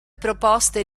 proposte